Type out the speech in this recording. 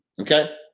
Okay